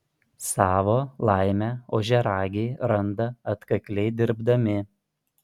savo laimę ožiaragiai randa atkakliai dirbdami